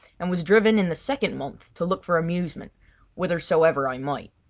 and was driven in the second month to look for amusement whithersoever i might.